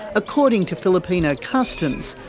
according to filipino customs,